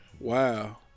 Wow